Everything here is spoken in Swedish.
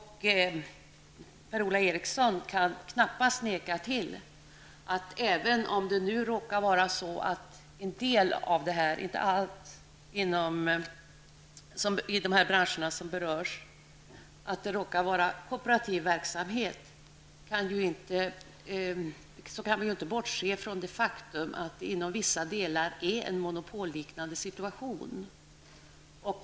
Per-Ola Eriksson kan knappast neka till att även om det nu råkar vara så att en del av -- inte allt -- av verksamheten i de branscher som berörs drivs i kooperativ form, kan vi inte bortse från att det i vissa delar råder en monopolliknande situation.